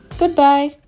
goodbye